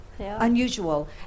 Unusual